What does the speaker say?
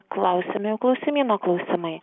klausimi jau klausimyno klausimai